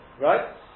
right